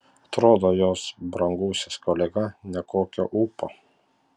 atrodo jos brangusis kolega nekokio ūpo